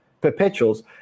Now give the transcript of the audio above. perpetuals